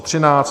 13.